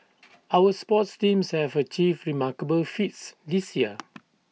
our sports teams have achieved remarkable feats this year